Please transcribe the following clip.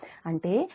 04 అంటే j 60 మీ 6